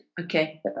okay